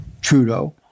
Trudeau